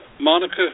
Monica